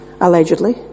allegedly